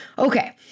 Okay